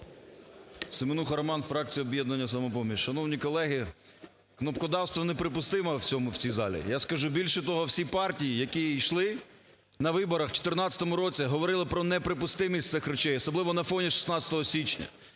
Семенуха Роман, фракція "Об'єднання "Самопоміч". Шановні колеги, кнопкодавство неприпустимо в цьому… в цій залі. Я скажу, більше того, всі партії, які йшли на виборах в 2014 році, говорили про неприпустимість цих речей. Особливо на фоні 16 січня.